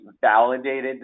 validated